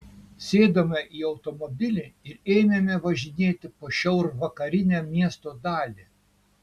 sėdome į automobilį ir ėmėme važinėti po šiaurvakarinę miesto dalį